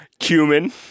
Cumin